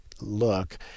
look